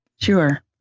sure